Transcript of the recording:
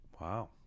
Wow